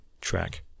track